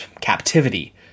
captivity